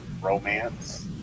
romance